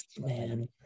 man